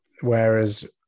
Whereas